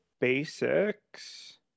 basics